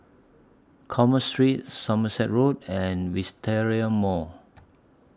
Commerce Street Somerset Road and Wisteria Mall